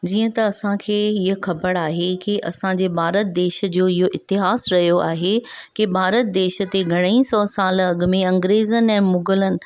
जीअं त असांखे इहो ख़बर आहे कि असांजे भारत देश जो इहो इतिहासु रहियो आहे कि भारत देश ते घणाई सौ साल अॻि में अंग्रेज़नि ऐं मुग़लनि